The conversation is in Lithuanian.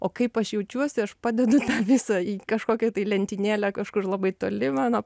o kaip aš jaučiuosi aš padedu visą į kažkokią tai lentynėlę kažkur labai toli mano